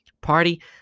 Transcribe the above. party